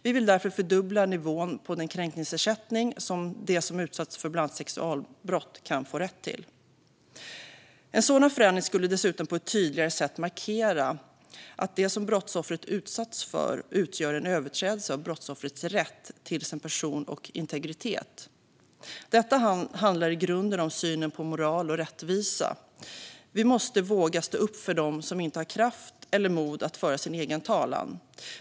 Vi vill därför fördubbla nivån på den kränkningsersättning som de som utsatts för bland annat sexualbrott kan få rätt till. En sådan förändring skulle dessutom på ett tydligare sätt markera att det som brottsoffret utsatts för utgör en överträdelse av brottsoffrets rätt till sin person och integritet. Detta handlar i grunden om synen på moral och rättvisa. Vi måste våga stå upp för dem som inte har kraft eller mod att föra sin egen talan.